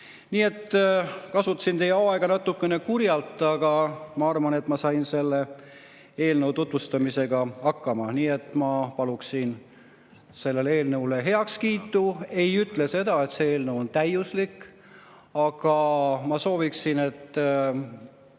Kasutasin teie aega natukene kurjasti, aga ma arvan, et ma sain selle eelnõu tutvustamisega hakkama. Nii et ma paluksin sellele eelnõule heakskiitu. Ma ei ütle seda, et see eelnõu on täiuslik, aga ma sooviksin, et